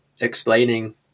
explaining